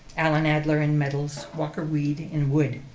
alan adler in metals, walker weed in wood,